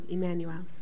Emmanuel